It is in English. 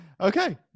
okay